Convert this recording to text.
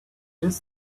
this